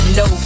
no